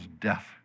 death